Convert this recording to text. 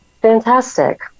fantastic